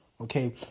Okay